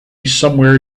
somewhere